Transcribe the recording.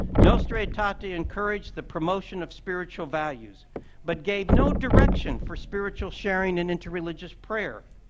nostra aetate encouraged the promotion of spiritual values but gave no direction for spiritual sharing and interreligious prayer.